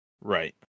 Right